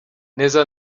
neza